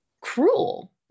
cruel